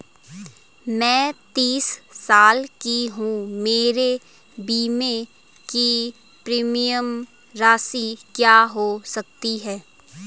मैं तीस साल की हूँ मेरे बीमे की प्रीमियम राशि क्या हो सकती है?